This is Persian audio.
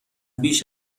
بیش